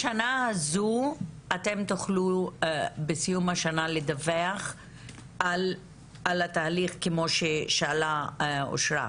אתם תוכלו בסיום השנה לדווח על התהליך כמו ששאלה אושרה,